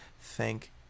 Thank